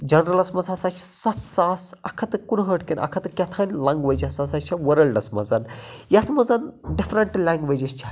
جَنرَلَس منٛز ہَسا چھِ سَتھ ساس اَکھ ہَتھ تہٕ کُنہٲٹھ کِنہٕ اَکھ ہَتھ تہٕ کیتھانۍ لینگویٚج ہَسا چھِ وٲلڈس مَنٛز یَتھ مَنٛز ڈِفرَنٹ لینگویٚجِز چھےٚ